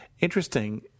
Interesting